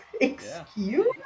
Excuse